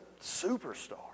superstar